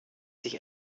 sich